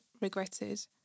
regretted